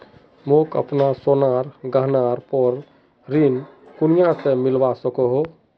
मोक अपना सोनार गहनार पोर ऋण कुनियाँ से मिलवा सको हो?